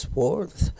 worth